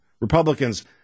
Republicans